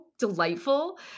delightful